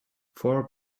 four